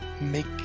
make